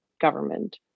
government